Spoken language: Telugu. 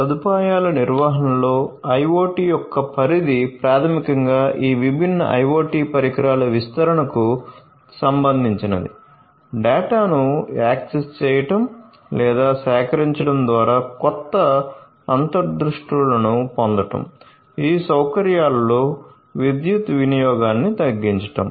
సదుపాయాల నిర్వహణలో IoT యొక్క పరిధి ప్రాథమికంగా ఈ విభిన్న IoT పరికరాల విస్తరణకు సంబంధించినది డేటాను యాక్సెస్ చేయడం లేదా సేకరించడం ద్వారా కొత్త అంతర్దృష్టులను పొందడం ఈ సౌకర్యాలలో విద్యుత్ వినియోగాన్ని తగ్గించడం